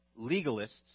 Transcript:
legalists